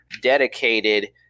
dedicated